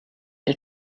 the